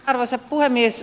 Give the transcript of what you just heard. arvoisa puhemies